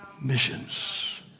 missions